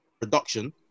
production